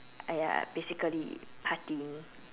!aiya! basically partying